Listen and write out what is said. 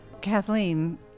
Kathleen